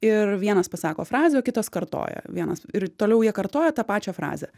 ir vienas pasako frazę o kitas kartoja vienas ir toliau jie kartoja tą pačią frazę